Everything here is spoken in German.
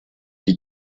die